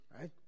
right